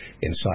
inside